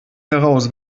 heraus